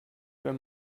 wenn